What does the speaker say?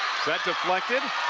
that deflected